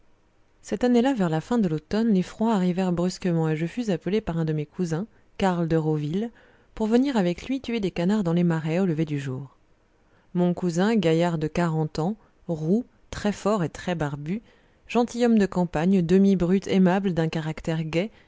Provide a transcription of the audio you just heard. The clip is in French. cette année-là vers la fin de l'automne les froids arrivèrent brusquement et je fus appelé par un de mes cousins karl de rauville pour venir avec lui tuer des canards dans les marais au lever du jour mon cousin gaillard de quarante ans roux très fort et très barbu gentilhomme de campagne demi brute aimable d'un caractère gai